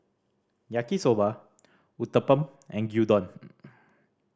Yaki Soba Uthapam and Gyudon